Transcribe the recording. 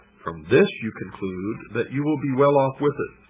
from this you conclude that you will be well off with us.